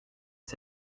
est